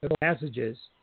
passages